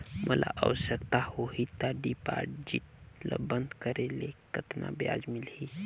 मोला आवश्यकता होही त डिपॉजिट ल बंद करे ले कतना ब्याज मिलही?